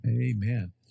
Amen